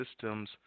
systems